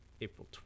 April